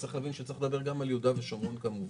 צריך לדבר גם על יהודה ושומרון כמובן.